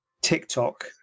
TikTok